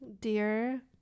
dear